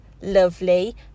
lovely